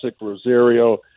Rosario